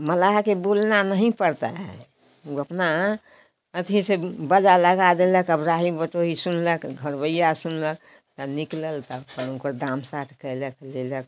मलाह के बोलना नहीं पड़ता है वह अपना अथी से बजा लगा देलक अब राही बटोही सुनलग घरवैया सुनलक आ निकलल गोदाम साफ केलक लेलक